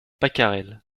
pacarel